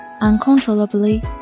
uncontrollably